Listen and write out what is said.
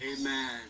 Amen